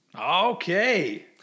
Okay